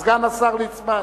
סגן השר ליצמן.